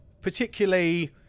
particularly